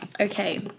Okay